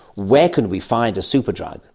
where can we find a super-drug,